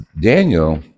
Daniel